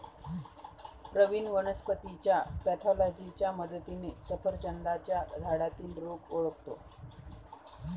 प्रवीण वनस्पतीच्या पॅथॉलॉजीच्या मदतीने सफरचंदाच्या झाडातील रोग ओळखतो